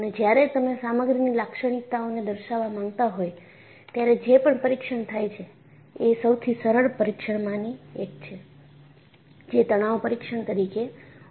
અને જ્યારે તમે સામગ્રીની લાક્ષણિકતાઓને દર્શાવવા માંગતા હોય ત્યારે જે પણ પરીક્ષણ થાય છે એ સૌથી સરળ પરીક્ષણમાંની એક છે જે તણાવ પરીક્ષણ તરીકે ઓળખાય છે